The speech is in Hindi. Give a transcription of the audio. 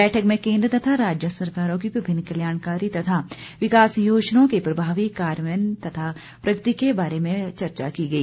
बैठक में केंद्र तथा राज्य सरकारों की विभिन्न कल्याणकारी तथा विकास योजनाओं के प्रभावी कार्यान्वयन तथा प्रगति के बारे में चर्चा की गई